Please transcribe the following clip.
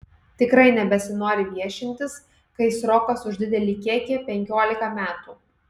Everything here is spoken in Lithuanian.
tikrai nebesinori viešintis kai srokas už didelį kiekį penkiolika metų